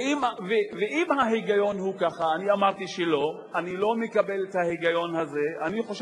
ובמיוחד מצלמות, עוזר